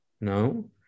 no